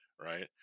Right